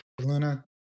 Luna